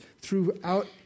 throughout